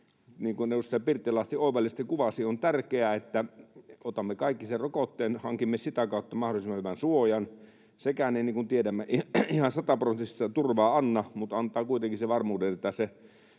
edustaja Pirttilahti oivallisesti kuvasi, on tärkeää, että otamme kaikki sen rokotteen ja hankimme sitä kautta mahdollisimman hyvän suojan. Sekään, niin kuin tiedämme, ei ihan sataprosenttista turvaa anna mutta antaa kuitenkin sen varmuuden, että se